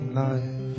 life